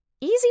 easy